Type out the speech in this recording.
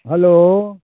hello